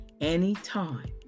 anytime